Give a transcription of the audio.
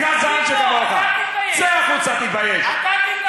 אתם צבועים, אתם צבועים.